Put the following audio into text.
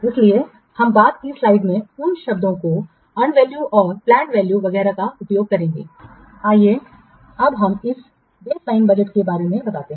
इसलिए हम बाद की स्लाइड्स में उन शब्दों को अर्न वैल्यू और पलैंड वैल्यू वगैरह का उपयोग करेंगे आइए अब हम इस बेसलाइन बजट के बारे में बताते हैं